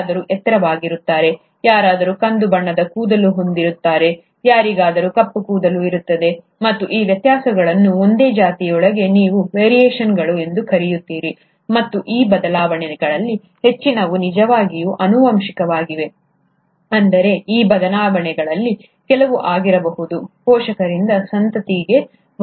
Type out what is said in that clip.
ಯಾರಾದರೂ ಎತ್ತರವಾಗಿರುತ್ತಾರೆ ಯಾರಾದರೂ ಕಂದು ಬಣ್ಣದ ಕೂದಲು ಹೊಂದಿರುತ್ತಾರೆ ಯಾರಿಗಾದರೂ ಕಪ್ಪು ಕೂದಲು ಇರುತ್ತದೆ ಮತ್ತು ಈ ವ್ಯತ್ಯಾಸಗಳನ್ನು ಒಂದೇ ಜಾತಿಯೊಳಗೆ ನೀವು ವೇರಿಯೇಷನ್ಗಳು ಎಂದು ಕರೆಯುತ್ತೀರಿ ಮತ್ತು ಈ ಬದಲಾವಣೆಗಳಲ್ಲಿ ಹೆಚ್ಚಿನವು ನಿಜವಾಗಿಯೂ ಆನುವಂಶಿಕವಾಗಿವೆ ಅಂದರೆ ಈ ಬದಲಾವಣೆಗಳಲ್ಲಿ ಕೆಲವು ಆಗಿರಬಹುದು ಪೋಷಕರಿಂದ ಸಂತತಿಗೆ ವರ್ಗಾಯಿಸಲಾಯಿತು